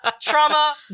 trauma